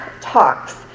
talks